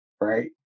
right